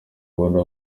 ubona